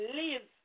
live